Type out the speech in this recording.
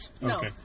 No